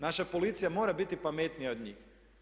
Naša policija mora biti pametnija od njih.